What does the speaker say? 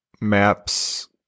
maps